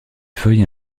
feuilles